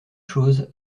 chose